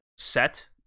set